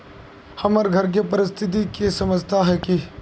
हमर घर के परिस्थिति के समझता है की?